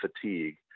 fatigue